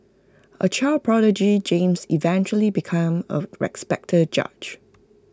A child prodigy James eventually became A respected judge